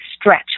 stretch